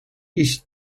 iść